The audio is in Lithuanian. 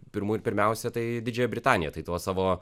pirmųjų pirmiausia tai didžiąją britaniją tai tuo savo